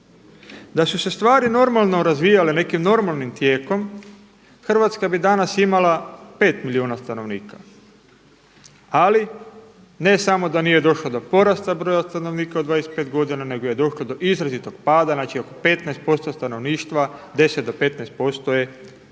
Da su se stvari normalno razvijale nekim normalnim tijekom, Hrvatska bi danas imala 5 milijuna stanovnika, ali ne samo da nije došlo do porasta broja stanovnika u 25 godina nego je došlo do izrazitog pada, znači oko 15% stanovništva 10 do 15% nestalo.